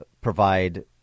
provide